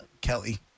Kelly